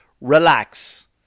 relax